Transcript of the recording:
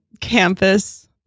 campus